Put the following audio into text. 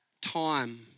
time